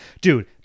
Dude